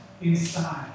inside